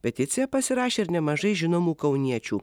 peticiją pasirašė ir nemažai žinomų kauniečių